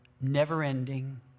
never-ending